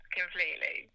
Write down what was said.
completely